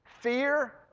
Fear